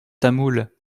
tamoul